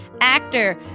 actor